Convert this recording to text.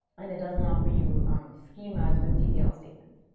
and it doesn't offer you um schemas with ddl statements.